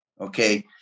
Okay